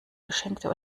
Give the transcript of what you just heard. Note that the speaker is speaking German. geschenkte